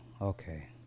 okay